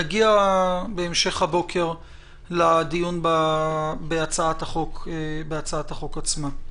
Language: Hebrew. נגיע בהמשך הבוקר לדיון בהצעת החוק עצמה.